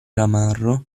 ramarro